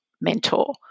mentor